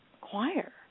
choir